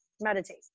meditate